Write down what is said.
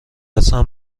اصلا